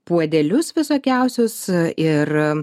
puodelius visokiausius ir